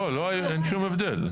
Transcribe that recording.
אין שום הבדל.